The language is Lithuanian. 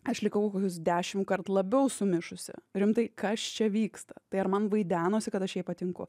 aš likau kokius dešimtkart labiau sumišusi rimtai kas čia vyksta tai ar man vaidenosi kad aš jai patinku